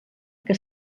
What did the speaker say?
que